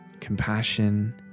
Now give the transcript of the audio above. compassion